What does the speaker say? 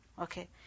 Okay